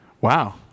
Wow